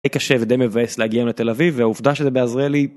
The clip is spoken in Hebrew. זה קשה ודי מבאס להגיע היום לתל אביב, והעובדה שזה בעזריאלי